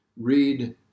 Read